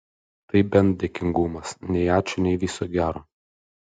tai bent dėkingumas nei ačiū nei viso gero